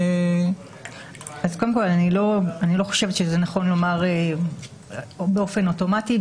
-- אני לא חושבת שנכון לומר באופן אוטומטי.